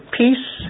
peace